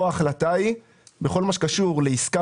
פה ההחלטה היא בכל מה שקשור לעסקה